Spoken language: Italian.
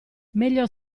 meglio